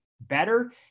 better